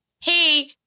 hey